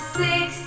six